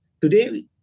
Today